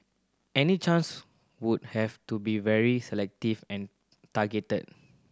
any chance would have to be very selective and targeted